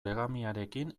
legamiarekin